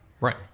right